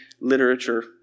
literature